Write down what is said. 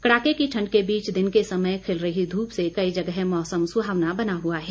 कड़ाके की ठण्ड के बीच दिन के समय खिल रही धूप से कई जगह मौसम सुहावना बना हुआ है